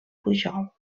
pujol